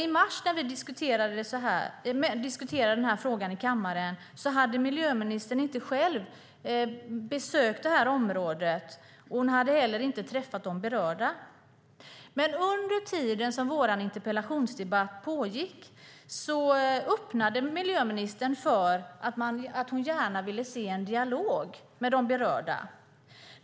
I mars när vi diskuterade frågan här i kammaren hade miljöministern inte själv besökt området, och hon hade heller inte träffat de berörda. Men under tiden som vår interpellationsdebatt pågick öppnade miljöministern för att hon gärna ville se en dialog med de berörda.